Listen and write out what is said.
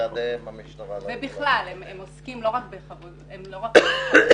בלעדיהם המשטרה --- הם עוסקים לא רק בחוות דעת.